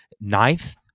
ninth